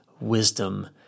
wisdom